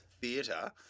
Theatre